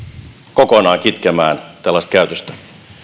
kokonaan kitkemään tällaista käytöstä